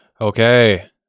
Okay